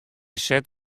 set